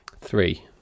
Three